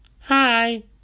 Hi